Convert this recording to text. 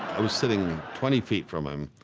i was sitting twenty feet from him,